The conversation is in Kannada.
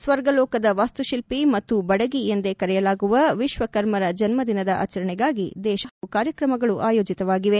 ಸ್ವರ್ಗಲೋಕದ ವಾಸ್ತುತಿಲ್ಲಿ ಮತ್ತು ಬಡಗಿ ಎಂದೇ ಕರೆಯಲಾಗುವ ವಿಶ್ವಕರ್ಮರ ಜನ್ನದಿನದ ಆಚರಣೆಗಾಗಿ ದೇತಾದ್ಭಂತ ಹಲವು ಕಾರ್ಯಕ್ರಮಗಳು ಆಯೋಜಿತವಾಗಿವೆ